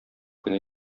кенә